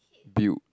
build